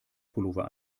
pullover